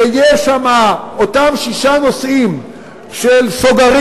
יש שם אותם שישה נושאים של סוגרים